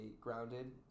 grounded